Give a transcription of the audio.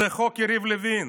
זה חוק יריב לוין.